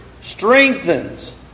strengthens